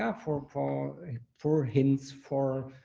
yeah for for um for hints for